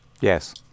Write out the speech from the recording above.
Yes